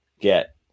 get